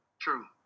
true